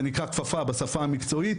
זה נקרא 'כפפה' בשפה המקצועית,